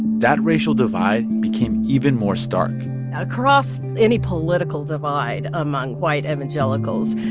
that racial divide became even more stark across any political divide among white evangelicals,